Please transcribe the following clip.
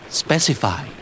specify